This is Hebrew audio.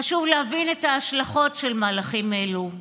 חשוב להבין את ההשלכות של מהלכים אלו.